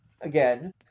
again